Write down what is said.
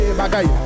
bagay